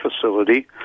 facility